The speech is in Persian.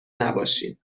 نباشین